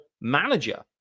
manager